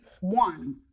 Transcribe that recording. one